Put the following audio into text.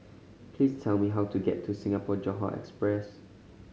please tell me how to get to Singapore Johore Express